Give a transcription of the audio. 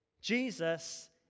Jesus